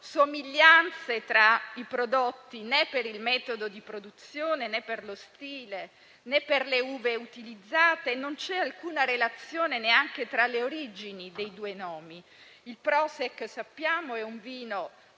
sono somiglianze tra i prodotti, né per il metodo di produzione, né per lo stile, né per le uve utilizzate. Non c'è alcuna relazione neanche tra le origini dei due nomi. Il Prošek, lo sappiamo, è un vino